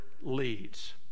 leads